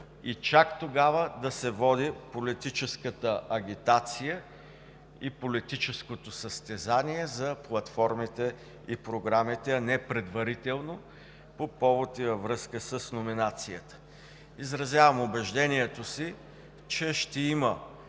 и чак тогава да се води политическата агитация и политическото състезание за платформите и програмите, а не предварително, по повод и във връзка с номинацията. Изразявам убеждението си, че ще има